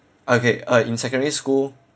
okay uh in secondary school